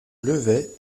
levai